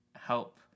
help